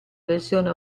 versione